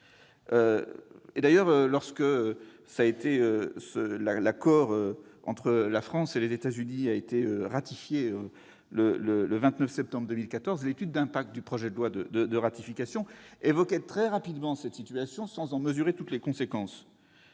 D'ailleurs, quand cet accord entre la France et les États-Unis a été ratifié, le 29 septembre 2014, l'étude d'impact annexée au projet de loi de ratification évoquait très rapidement cette situation, sans en mesurer toutes les conséquences.